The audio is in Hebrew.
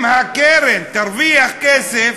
אם הקרן תרוויח כסף,